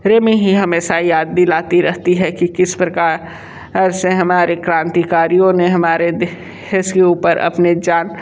में ही हमेशा याद दिलाती रहती है कि किस प्रकार से हमारी क्रांतिकारियों ने हमारे देश के ऊपर अपनी जान